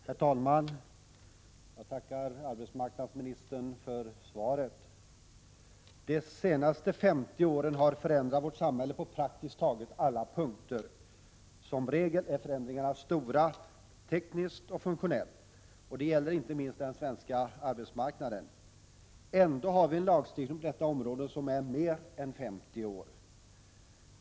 Herr talman! Jag tackar arbetsmarknadsministern för svaret. De senaste 50 åren har vårt samhälle förändrats på praktiskt taget alla punkter. Som regel är förändringarna stora i tekniskt och funktionellt avseende. Detta gäller inte minst på den svenska arbetsmarknaden. Ändå har vi en lagstiftning på detta område som är mer än 50 år gammal!